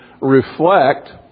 reflect